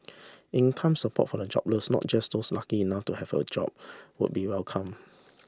income support for the jobless not just those lucky enough to have a job would be welcome